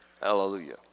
Hallelujah